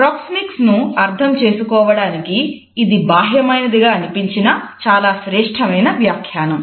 proxemics ను అర్థం చేసుకోవడానికి ఇది బాహ్యమైనది గా అనిపించినా చాలా శ్రేష్టమైన వ్యాఖ్యానం